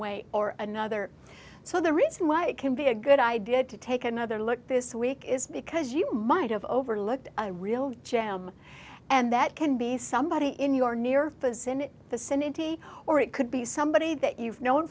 way or another so the reason why it can be a good idea to take another look this week is because you might have overlooked a real jam and that can be somebody in your near the senate the senate or it could be somebody that you've known